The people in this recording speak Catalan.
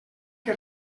que